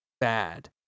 bad